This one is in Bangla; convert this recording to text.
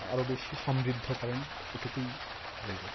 আরও বেশি সমৃদ্ধ করেন এটুকুই বলব